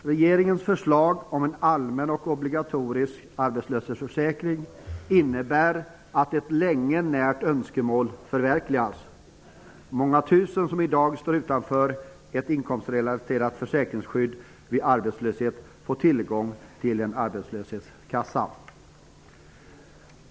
Regeringens förslag om en allmän och obligatorisk arbetslöshetsförsäkring innebär att ett länge närt önskemål förverkligas. Många tusen som i dag står utanför ett inkomstrelaterat försäkringsskydd vid arbetslöshet får tillgång till en arbetslöshetskassa.